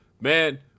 man